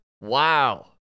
Wow